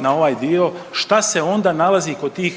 na ovaj dio, šta se onda nalazi kod tih,